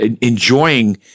enjoying